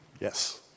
Yes